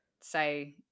say